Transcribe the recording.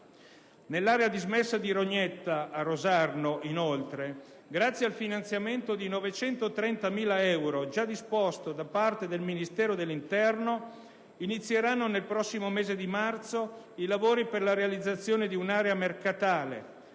nell'area dismessa di Rognetta, a Rosarno, grazie al finanziamento di 930.000 euro già disposto da parte del Ministero dell'interno, inizieranno nel prossimo mese di marzo i lavori per la realizzazione di un'area mercatale,